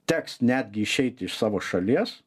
teks netgi išeiti iš savo šalies